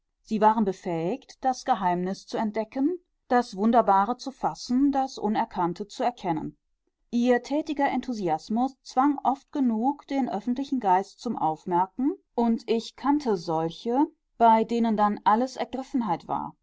sie waren befähigt das geheimnis zu entdecken das wunderbare zu fassen das unerkannte zu erkennen ihr tätiger enthusiasmus zwang oft genug den öffentlichen geist zum aufmerken und ich kannte solche bei denen dann alles ergriffenheit war